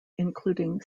including